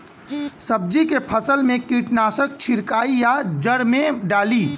सब्जी के फसल मे कीटनाशक छिड़काई या जड़ मे डाली?